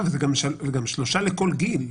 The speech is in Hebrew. וזה גם שלושה לכל גיל.